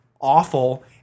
awful